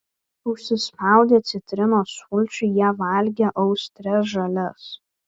užsispaudę citrinos sulčių jie valgė austres žalias